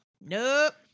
nope